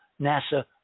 NASA